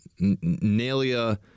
Nelia